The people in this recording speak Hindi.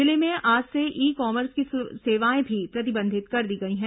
जिले में आज से ई कॉमर्स की सेवाएं भी प्रतिबंधित कर दी गई हैं